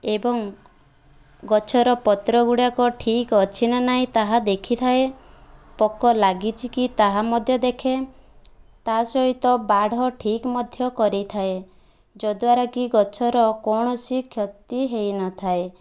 ଏବଂ ଗଛର ପତ୍ର ଗୁଡ଼ାକ ଠିକ ଅଛି ନା ନାହିଁ ତାହା ଦେଖିଥାଏ ପୋକ ଲାଗିଛି କି ତାହା ମଧ୍ୟ ଦେଖେ ତା'ସହିତ ବାଡ଼ ଠିକ ମଧ୍ୟ କରାଇଥାଏ ଯଦ୍ୱାରା କି ଗଛର କୌଣସି କ୍ଷତି ହେଇନଥାଏ